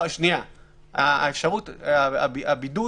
הבידוד